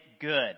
good